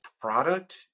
product